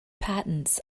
patents